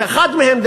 אחד מהם,